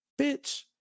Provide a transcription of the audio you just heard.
Bitch